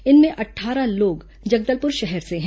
इनमें अट्ठारह लोग जगदलपुर शहर से हैं